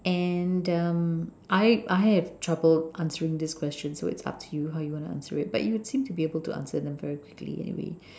and the I I have trouble answering this question so it's up to you how you going to answer it but you seem to answer them very quickly anyway